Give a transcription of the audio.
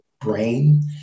brain